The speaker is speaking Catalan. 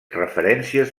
referències